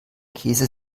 käse